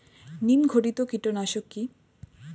নিম ঘটিত কীটনাশক কি?